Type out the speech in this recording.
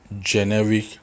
generic